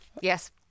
Yes